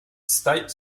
state